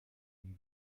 une